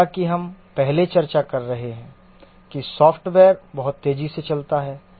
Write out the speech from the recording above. जैसा कि हम पहले चर्चा कर रहे हैं कि सॉफ्टवेयर बहुत तेजी से चलता है